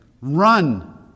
Run